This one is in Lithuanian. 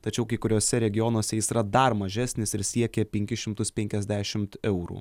tačiau kai kuriuose regionuose jis yra dar mažesnis ir siekia penkis šimtus penkiasdešimt eurų